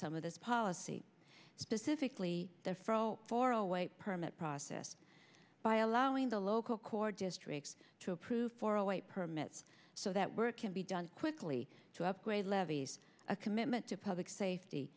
some of this policy specifically the for far away permit process by allowing the local corps districts to approve for a white permits so that work can be done quickly to upgrade levees a commitment to public safety